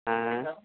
आँय